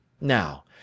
Now